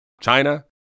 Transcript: China